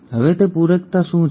હવે તે પૂરકતા શું છે